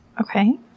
Okay